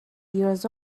years